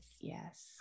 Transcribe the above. Yes